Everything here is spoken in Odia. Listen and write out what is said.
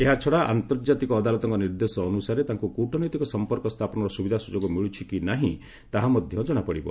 ଏହାଛଡ଼ା ଆନ୍ତର୍ଜାତିକ ଅଦାଲତଙ୍କ ନିର୍ଦ୍ଦେଶ ଅନୁସାରେ ତାଙ୍କୁ କୂଟନୈତିକ ସମ୍ପର୍କ ସ୍ଥାପନର ସୁବିଧା ସୁଯୋଗ ମିଳୁଛି କି ନାହିଁ ତାହା ମଧ୍ୟ କଣାପଡ଼ିବ